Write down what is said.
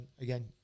again